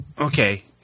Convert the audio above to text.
Okay